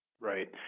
Right